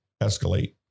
escalate